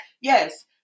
yes